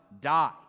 die